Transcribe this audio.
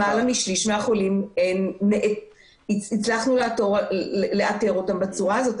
למעלה משליש מהחולים הצלחנו לאתר אותם בצורה הזו.